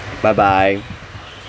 bye bye